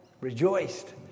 rejoiced